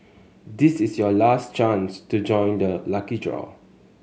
this is your last chance to join the lucky draw